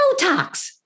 Botox